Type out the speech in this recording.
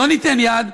לא ניתן יד,